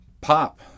pop